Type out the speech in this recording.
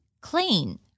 clean